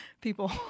people